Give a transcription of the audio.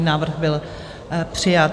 Návrh byl přijat.